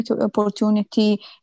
opportunity